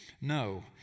No